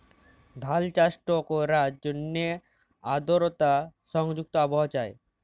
ধাল চাষট ক্যরার জ্যনহে আদরতা সংযুক্ত আবহাওয়া চাই